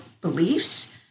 beliefs